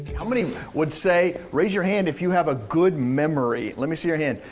how many would say, raise your hand if you have a good memory? let me see your hand.